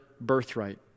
birthright